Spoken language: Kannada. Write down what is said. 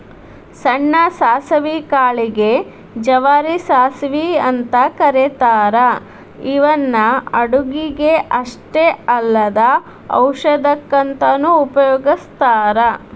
ಸಣ್ಣ ಸಾಸವಿ ಕಾಳಿಗೆ ಗೆ ಜವಾರಿ ಸಾಸವಿ ಅಂತ ಕರೇತಾರ ಇವನ್ನ ಅಡುಗಿಗೆ ಅಷ್ಟ ಅಲ್ಲದ ಔಷಧಕ್ಕಂತನು ಉಪಯೋಗಸ್ತಾರ